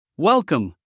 Welcome